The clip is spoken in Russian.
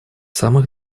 самых